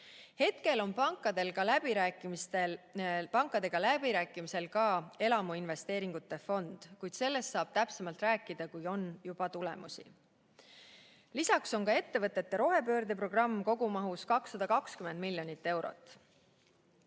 Hetkel on pankadega läbirääkimisel ka elamuinvesteeringute fond, kuid sellest saab täpsemalt rääkida siis, kui on juba tulemusi. Lisaks on ettevõtete rohepöördeprogramm kogumahus 220 miljonit eurot.